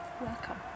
Welcome